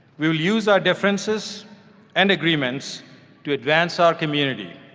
will use our differences and agreements to advance our community,